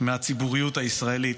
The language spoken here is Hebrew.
מהציבוריות הישראלית,